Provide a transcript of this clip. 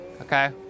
okay